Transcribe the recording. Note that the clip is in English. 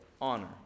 honor